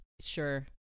Sure